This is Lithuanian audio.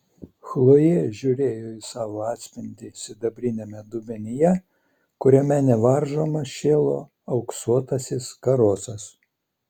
chlojė žiūrėjo į savo atspindį sidabriniame dubenyje kuriame nevaržomas šėlo auksuotasis karosas